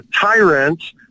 tyrants